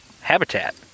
habitat